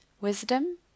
wisdom